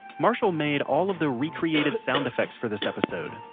marshall made all of the recreated sound effects for this episode.